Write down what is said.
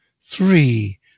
three